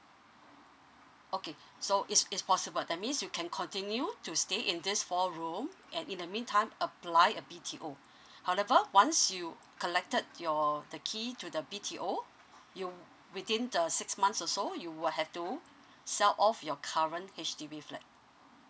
okay so it's it's possible that means you can continue to stay in this fall room at in the mean time apply a I'll never once you collected your turkey to the b t o u mm within the six months also you will have to sell all of your current age d b flat